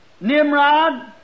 Nimrod